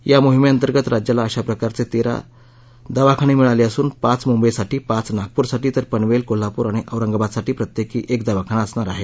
या मोहिमेअंतर्गत राज्याला अशा प्रकारचे तेरा दवाखाने मिळाले असून पाच मुंबईसाठी पाच नागप्रसाठी तर पनवेल कोल्हापूर आणि औरंगाबादसाठी प्रत्येक एक दवाखाना असणार आहे